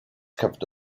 covered